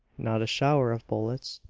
not a shower of bullets,